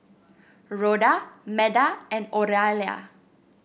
Rhoda Meda and Oralia